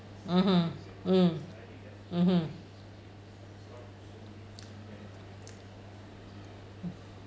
mmhmm mm mmhmm